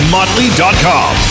Motley.com